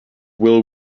will